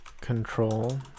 control